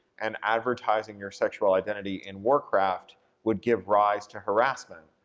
and advertising your sexual identity in warcraft would give rise to harassment,